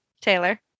Taylor